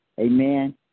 Amen